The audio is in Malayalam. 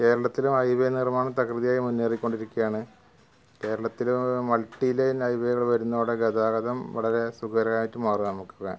കേരളത്തിലും ഹൈവേ നിര്മ്മാണം തകൃതിയായി മുന്നേറിക്കൊണ്ടിരിക്കയാണ് കേരളത്തിലും മള്ട്ടി ലെവല് ഹൈവേ വരുന്നതോടെ ഗതാഗതം വളരെ സുഖകരമായി മാറും നമുക്ക്